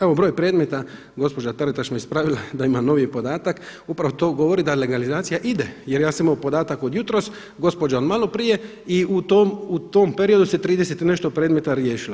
Evo broj predmeta, gospođa Taritaš me ispravila da ima novi podatak, upravo to govori da legalizacija ide jer ja sam imao podatak od jutros, gospođa od maloprije i u tom periodu se 30 i nešto predmeta riješilo.